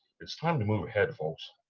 it's time to move ahead, folks.